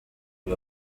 ibi